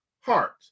heart